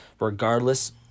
regardless